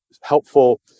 helpful